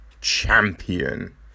champion